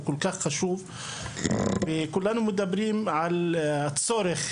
הוא כל כך חשוב וכולנו מדברים על הצורך